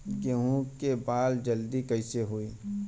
गेहूँ के बाल जल्दी कईसे होई?